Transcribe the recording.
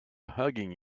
hugging